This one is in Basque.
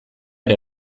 ere